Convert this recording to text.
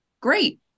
Great